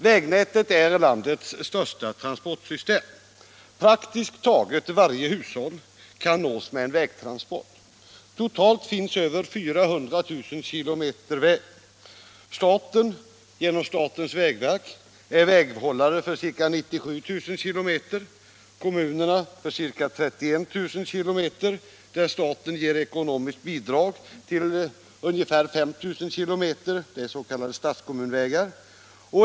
Vägnätet är landets största transportsystem. Prak tiskt taget varje hushåll kan nås med en vägtransport. Totalt finns över 400 000 km väg. Staten, genom statens vägverk, är väghållare för ca 97 000 km. Kommunerna är väghållare för ca 31 000 km, där staten ger ekonomiskt bidrag till ungefär 5 000 km — s.k. statskommunvägar.